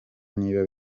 niba